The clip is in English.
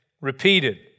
repeated